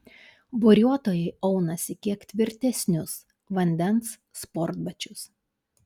buriuotojai aunasi kiek tvirtesnius vandens sportbačius